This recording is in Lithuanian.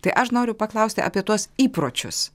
tai aš noriu paklausti apie tuos įpročius